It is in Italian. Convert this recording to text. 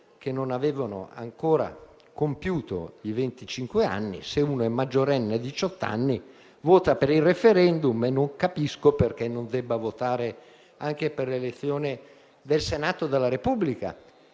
che non avevano ancora compiuto venticinque anni - se un maggiorenne vota per il *referendum*, non capisco perché non debba votare anche per l'elezione del Senato della Repubblica